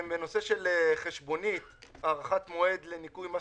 בנושא של חשבונית הארכת מועד לניכוי מס